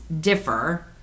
differ